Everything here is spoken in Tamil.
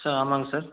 சார் ஆமாம்ங்க சார்